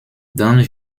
dann